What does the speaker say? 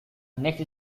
next